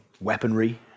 weaponry